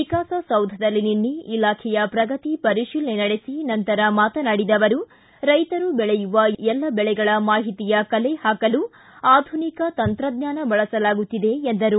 ವಿಕಾಸಸೌಧದಲ್ಲಿ ನಿನ್ನೆ ಇಲಾಖೆಯ ಪ್ರಗತಿ ಪರಿಶೀಲನೆ ನಡೆಸಿ ನಂತರ ಮಾತನಾಡಿದ ಅವರು ರೈಶರು ಬೆಳೆಯುವ ಎಲ್ಲ ಬೆಳೆಗಳ ಮಾಹಿತಿಯ ಕಲೆ ಹಾಕಲು ಆಧುನಿಕ ತಂತ್ರಜ್ಞಾನ ಬಳಸಲಾಗುತ್ತಿದೆ ಎಂದರು